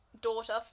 daughter